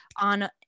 on